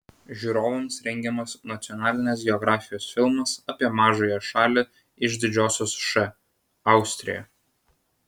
žiūrovams rengiamas nacionalinės geografijos filmas apie mažąją šalį iš didžiosios š austriją